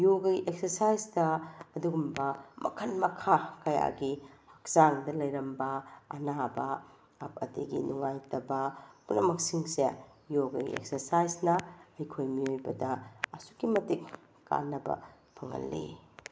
ꯌꯒꯒꯤ ꯑꯦꯛꯁ꯭ꯔꯁꯥꯏꯁꯇ ꯑꯗꯨꯒꯨꯝꯕ ꯃꯈꯜ ꯃꯈꯥ ꯀꯌꯥꯒꯤ ꯍꯛꯆꯥꯡꯗ ꯂꯩꯔꯝꯕ ꯑꯅꯥꯕ ꯑꯗꯩꯒꯤ ꯅꯨꯉꯥꯏꯇꯕ ꯄꯨꯝꯅꯃꯛꯁꯤꯡꯁꯦ ꯌꯣꯒꯒꯤ ꯑꯦꯛꯁ꯭ꯔꯁꯥꯏꯁꯅ ꯑꯩꯈꯣꯏ ꯃꯤꯑꯣꯏꯕꯗ ꯑꯁꯨꯀꯀꯤꯃꯇꯤꯛ ꯀꯥꯅꯕ ꯐꯪꯍꯜꯂꯤ